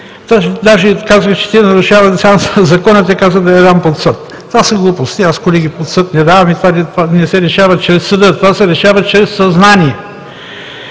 Даже казах, че те нарушават Закона, тя каза да ги дам под съд. Това са глупости – колеги, аз под съд не давам и това не се решава чрез съда. Това се решава чрез съзнание!